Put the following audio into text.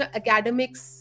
academics